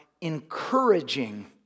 encouraging